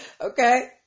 Okay